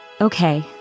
Okay